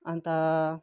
अन्त